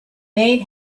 made